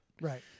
Right